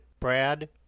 Brad